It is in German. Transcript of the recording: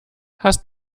hast